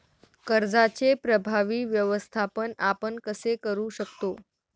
कर्जाचे प्रभावी व्यवस्थापन आपण कसे करु शकतो?